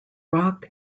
rock